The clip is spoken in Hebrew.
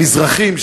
המזרחים,